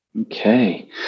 Okay